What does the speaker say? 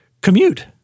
commute